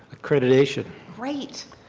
accreditation. great.